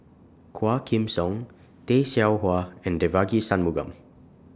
Quah Kim Song Tay Seow Huah and Devagi Sanmugam